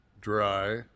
Dry